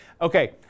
Okay